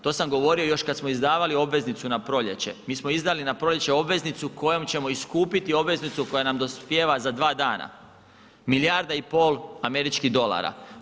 To sam govorio još kad smo izdavali obveznicu na proljeće, mi smo izdali na proljeće obveznicu kojom ćemo iskupiti obveznicu koja nam dospijeva za dva dana, milijarda i pol američkih dolara.